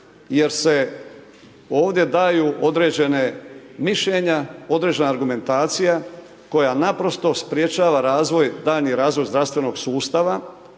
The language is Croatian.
jer se ovdje daju određena mišljenja, određena argumentacija koja naprosto sprječava daljnji razvoj zdravstvenog sustava